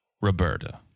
Roberta